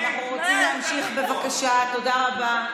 טל גלבוע?